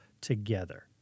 together